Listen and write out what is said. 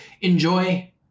enjoy